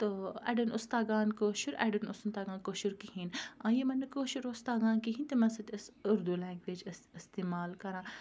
تہٕ اَڑٮ۪ن اوس تَگان کٲشُر اَڑٮ۪ن اوس نہٕ تَگان کٲشُر کِہیٖنۍ آ یِمَن نہٕ کٲشُر اوس تَگان کِہیٖنۍ تِمَن سۭتۍ ٲسۍ اُردوٗ لینٛگویج أسۍ استعمال کَران